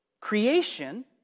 Creation